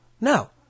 No